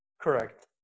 Correct